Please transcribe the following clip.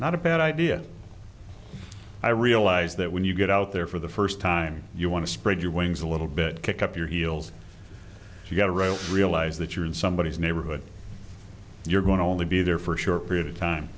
not a bad idea i realize that when you get out there for the first time you want to spread your wings a little bit kick up your heels you gotta roll realize that you're in somebodies neighborhood you're going to only be there for sure period of time